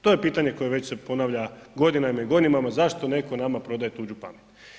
To je pitanje koje već se ponavlja godinama i godinama zašto netko nama prodaje tuđu pamet.